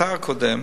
השר הקודם,